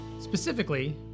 Specifically